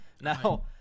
Now